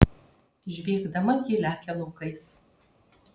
žviegdama ji lekia laukais